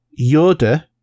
Yoda